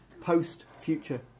post-future